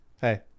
hey